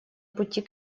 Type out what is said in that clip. пути